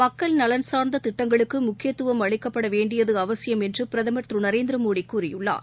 மக்கள் நலன் சார்ந்ததிட்டங்களுக்குமுக்கியத்துவம் அளிக்கப்படவேண்டியதுஅவசியம் என்றுபிரதமர் திருநரேந்திரமோடிகூறியுள்ளார்